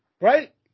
Right